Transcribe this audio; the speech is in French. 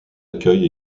accueille